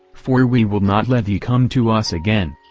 for we will not let thee come to us again.